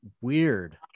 weird